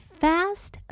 fast